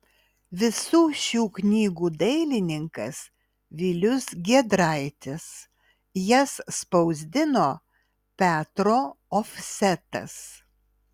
visų šių knygų dailininkas vilius giedraitis jas spausdino petro ofsetas